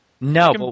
No